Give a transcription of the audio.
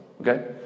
Okay